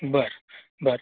बर बर